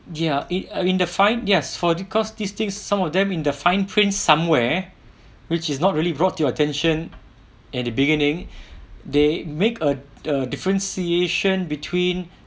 ya it I mean the fine yes for because these things some of them in the fine print somewhere which is not really brought to your attention in the beginning they make a a differentiation between